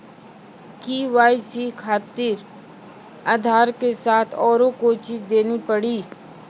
KYC खातिर आधार के साथ औरों कोई चीज देना पड़ी?